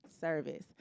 service